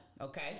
okay